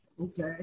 Okay